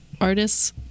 artists